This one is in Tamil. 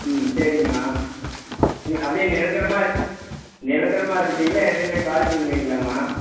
ம் சரிங்கம்மா ம் அப்படியே நிரந்தரமாக நிரந்தரமாக இருப்பீங்களா இடையில காலி பண்ணுவீங்களாம்மா